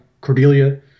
Cordelia